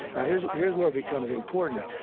now here's here's where it becomes important.